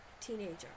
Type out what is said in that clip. teenager